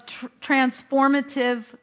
transformative